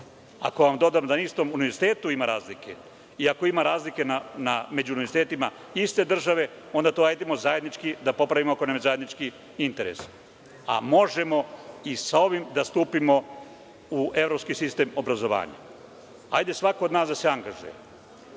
Ako vam dodam da na istom univerzitetu ima razlike, i ako ima razlike među univerzitetima iste države, onda hajde da to zajednički popravimo, ako nam je zajednički interes. A možemo i sa ovim da stupimo u evropski sistem obrazovanja. Hajde svako od nas da se angažuje. Ne